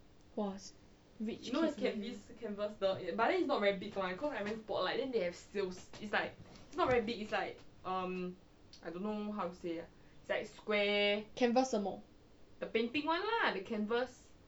!wah! rich kid canvas 什么